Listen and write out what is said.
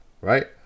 Right